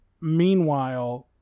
Meanwhile